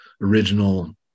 original